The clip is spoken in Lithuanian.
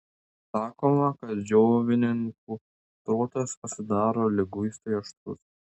sakoma kad džiovininkų protas pasidaro liguistai aštrus